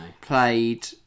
played